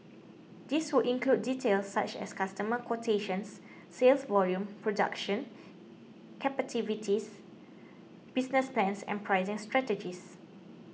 this would include details such as customer quotations sales volumes production business plans and pricing strategies